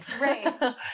Right